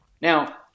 Now